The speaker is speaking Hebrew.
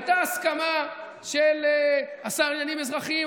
הייתה הסכמה של השר לעניינים אזרחיים,